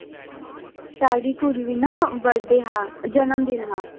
साढ़ी कुड़ी दी न बर्थ डे हा जन्मदिन हा